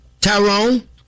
Tyrone